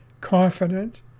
confident